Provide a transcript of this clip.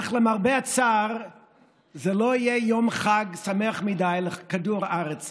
אך למרבה הצער זה לא יהיה יום חג שמח מדי לכדור הארץ.